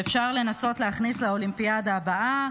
שאפשר לנסות להכניס לאולימפיאדה הבאה.